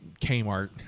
Kmart